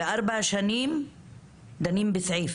וארבע שנים דנים בסעיף.